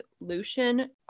Lucian